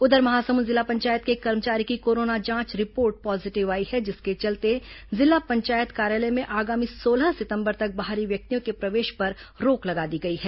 उधर महासमुंद जिला पंचायत के एक कर्मचारी की कोरोना जांच रिपोर्ट पॉजीटिव आई है जिसके चलते जिला पंचायत कार्यालय में आगामी सोलह सितंबर तक बाहरी व्यक्तियों के प्रवेश पर रोक लगा दी गई है